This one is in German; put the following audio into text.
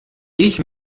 ich